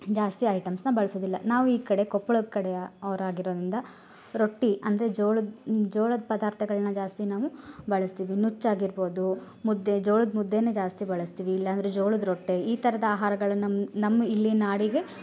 ಜಾಸ್ತಿ ಐಟಮ್ಸ್ನ ಬಳಸೋದಿಲ್ಲ ನಾವು ಈ ಕಡೆ ಕೊಪ್ಪಳದ ಕಡೆ ಅವರಾಗಿರೋದರಿಂದ ರೊಟ್ಟಿ ಅಂದರೆ ಜೋಳದ ಜೋಳದ ಪದಾರ್ಥಗಳ್ನ ಜಾಸ್ತಿ ನಾವು ಬಳಸ್ತೀವಿ ನುಚ್ಚಾಗಿರ್ಬೋದು ಮುದ್ದೆ ಜೋಳದ ಮುದ್ದೆನೇ ಜಾಸ್ತಿ ಬಳಸ್ತೀವಿ ಇಲ್ಲಾಂದರೆ ಜೋಳದ ರೊಟ್ಟಿ ಈ ಥರದ ಆಹಾರಗಳು ನಮ್ಮ ನಮ್ಮ ಇಲ್ಲಿನ ನಾಡಿಗೆ